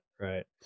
Right